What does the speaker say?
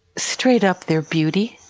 straight up their beauty.